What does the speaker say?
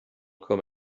come